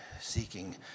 seeking